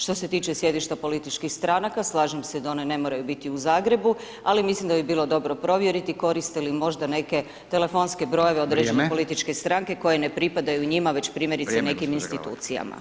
Što se tiče sjedišta političkih stranaka, slažem se da one ne moraju biti u Zagrebu, ali mislim da bi bilo dobro provjeriti koriste li možda neke telefonske brojeve određene političke stranke koje ne pripadaju njima, već primjerice nekim institucijama.